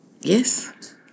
Yes